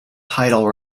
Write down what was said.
title